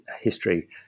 history